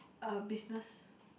a business